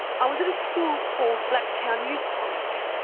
i was at a school called blacktown youth college.